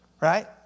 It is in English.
right